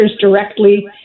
directly